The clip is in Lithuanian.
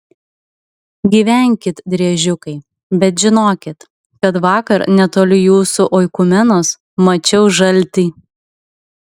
gyvenkit driežiukai bet žinokit kad vakar netoli jūsų oikumenos mačiau žaltį